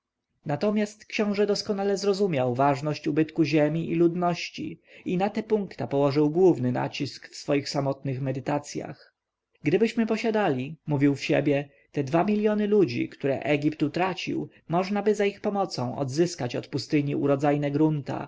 natomiast książę doskonale zrozumiał ważność ubytku ziemi i ludności i na te punkta położył główny nacisk w swoich samotnych medytacjach gdybyśmy posiadali mówił w sobie te dwa miljony ludzi które egipt utracił możnaby za ich pomocą odzyskać od pustyni urodzajne grunta